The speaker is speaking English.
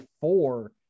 four